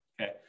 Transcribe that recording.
Okay